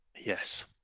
Yes